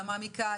גם מעמיקה.